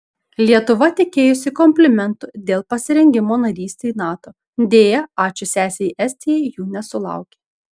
lietuva tikėjosi komplimentų dėl pasirengimo narystei nato deja ačiū sesei estijai jų nesulaukė